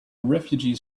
refugees